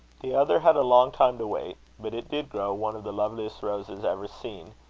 the other had a long time to wait but it did grow one of the loveliest roses ever seen.